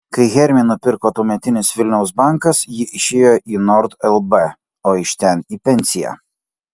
kai hermį nupirko tuometis vilniaus bankas ji išėjo į nord lb o iš ten į pensiją